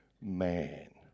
man